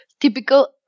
typical